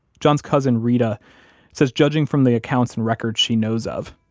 john's cousin reta says judging from the accounts and records she knows of,